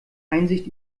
einsicht